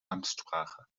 amtssprache